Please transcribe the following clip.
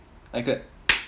I clap